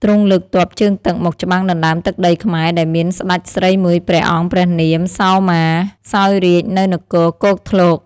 ទ្រង់លើកទ័ពជើងទឹកមកច្បាំងដណ្ដើមទឹកដីខ្មែរដែលមានស្ដេចស្រីមួយព្រះអង្គព្រះនាម សោមា សោយរាជ្យនៅនគរគោកធ្លក។